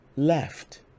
Left